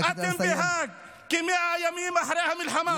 אתם בהאג כ-100 ימים אחרי המלחמה.